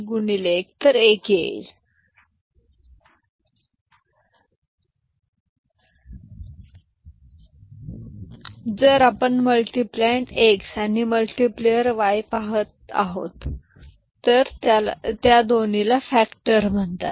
0 x 0 0 0 x 1 0 1 x 0 0 1 x 1 1 जर आपण multiplicand x आणि मल्टीप्लेअर y पाहत आहोत ज्याला दोन्ही फॅक्टर म्हणतात